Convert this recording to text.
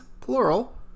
plural